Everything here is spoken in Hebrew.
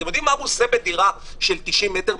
אתם יודעים מה הוא עושה בדירה של 90 מ"ר?